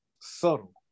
subtle